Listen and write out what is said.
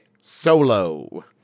solo